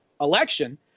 election